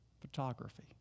photography